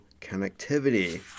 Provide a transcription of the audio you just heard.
connectivity